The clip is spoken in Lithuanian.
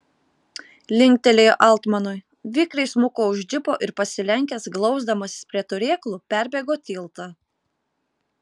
linktelėjo altmanui vikriai smuko už džipo ir pasilenkęs glausdamasis prie turėklų perbėgo tiltą